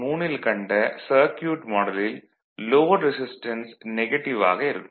3 ல் கண்ட சர்க்யூட் மாடலில் லோட் ரெசிஸ்டன்ஸ் நெகட்டிவ் ஆக இருக்கும்